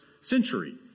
century